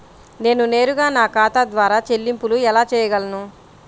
నేను నేరుగా నా ఖాతా ద్వారా చెల్లింపులు ఎలా చేయగలను?